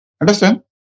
understand